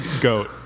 goat